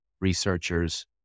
researchers